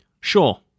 Sure